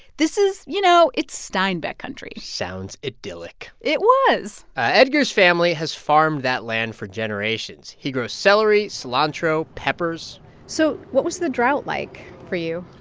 this is you know, it's steinbeck country sounds idyllic it was ah edgar's family has farmed that land for generations. he grows celery, cilantro, peppers so what was the drought like for you?